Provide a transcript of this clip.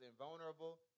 invulnerable